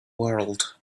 world